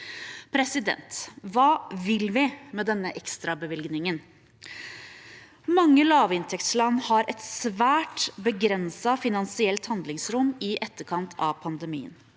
Ukraina. Hva vil vi med denne ekstrabevilgningen? Mange lavinntektsland har et svært begrenset finansielt handlingsrom i etterkant av pandemien.